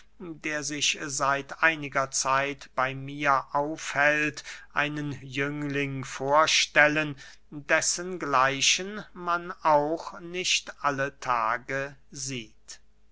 der sich seit einiger zeit bey mir aufhält einen jüngling vorstellen dessen gleichen man auch nicht alle tage sieht